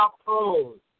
opposed